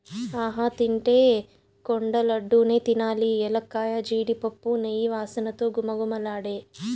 ఆహా తింటే కొండ లడ్డూ నే తినాలి ఎలక్కాయ, జీడిపప్పు, నెయ్యి వాసనతో ఘుమఘుమలాడే